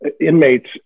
inmates